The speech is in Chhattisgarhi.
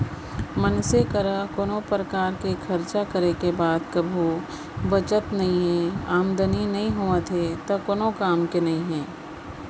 मनसे करा कोनो परकार के खरचा करे के बाद कभू बचत नइये, आमदनी नइ होवत हे त कोन काम के नइ हे